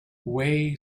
wei